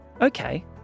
okay